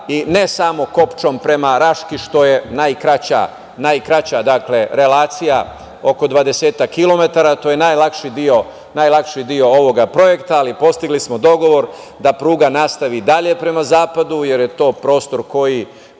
i ne samo kopčom prema Raškoj, što je najkraća relacija oko dvadesetak kilometara. To je najlakši deo ovog projekta, ali postigli smo dogovor da pruga nastavi dalje prema zapadu, jer je to prostor koji